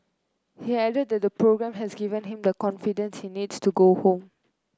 he added that the programme has given him the confidence he needs to go home